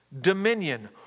dominion